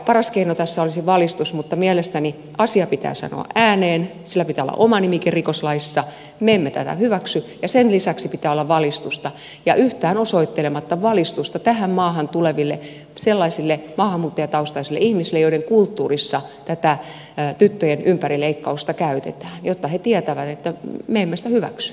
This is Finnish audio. paras keino tässä olisi valistus mutta mielestäni asia pitää sanoa ääneen sillä pitää olla oma nimike rikoslaissa me emme tätä hyväksy ja sen lisäksi pitää olla valistusta ja yhtään osoittele matta valistusta tähän maahan tuleville sellaisille maahanmuuttajataustaisille ihmisille joiden kulttuurissa tätä tyttöjen ympärileikkausta käytetään jotta he tietävät että me emme sitä hyväksy se ei käy